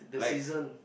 the season